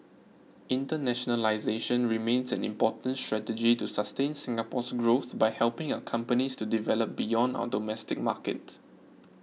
internationalisation remains an important strategy to sustain Singapore's growth by helping our companies to develop beyond our domestic market